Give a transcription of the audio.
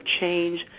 change